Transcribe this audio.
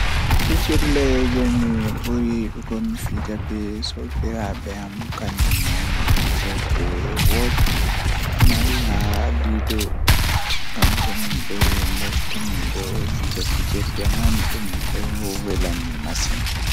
Fijirde jei mi ɓuri yiɗugo mi fija be sobiraaɓe am Miɗo yiɗi waawugol e wuro ɓe e ñaawo, ko jengaare. Ko woni ɗum ko haala woyndu, ɓe ngal e ndiyam ngal miɗo ɗeɗɗi aɗa jogi waɗde. Miɗo yiɗi keewal ngal, tawi ñaawo ngal naatataa fiya.